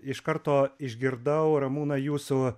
iš karto išgirdau ramūnai jūsų